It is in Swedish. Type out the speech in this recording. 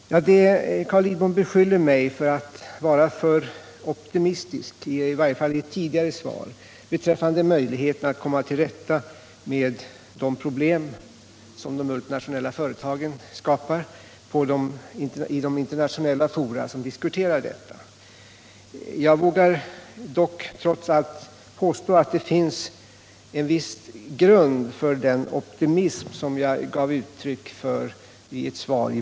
Carl Lidbom beskyllde mig vid en svarsdebatt i våras för att vara för optimistisk beträffande möjligheterna att i internationella fora komma till rätta med de problem som de multinationella företagen skapar. Jag vågar trots allt påstå att det finns en grund för den optimism som jag då gav uttryck för.